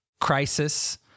crisis